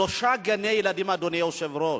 שלושה גני-ילדים, אדוני היושב-ראש,